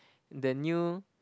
the new